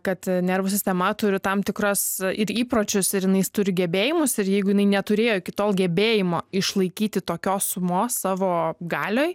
kad nervų sistema turi tam tikras ir įpročius ir jinais turi gebėjimus ir jeigu jinai neturėjo iki tol gebėjimo išlaikyti tokios sumos savo galioj